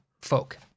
folk